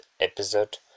episode